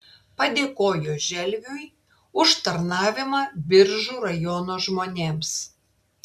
padėkojo želviui už tarnavimą biržų rajono žmonėms